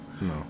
No